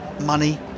money